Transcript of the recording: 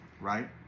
right